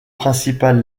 principal